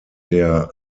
der